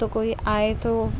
تو کوئی آئے تو